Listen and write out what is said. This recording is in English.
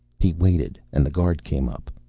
he waited, and the guard came up.